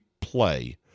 play